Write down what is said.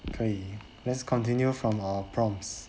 可以 let's continue from our prompts